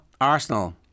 Arsenal